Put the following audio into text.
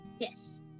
Yes